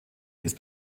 ist